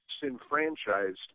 disenfranchised